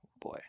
boy